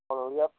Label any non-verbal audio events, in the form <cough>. <unintelligible>